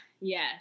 yes